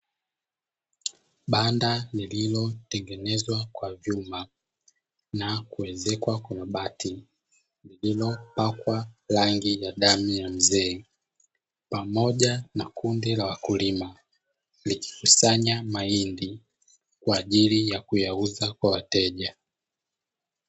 Banda lililotengenezwa kwa vyuma na kuezekwa kwa mabati lililopakwa rangi ya damu ya mzee, pamoja na kundu la wakulima likikusanya mahindi kwa ajili ya kuyauza kwa wateja.